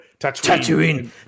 Tatooine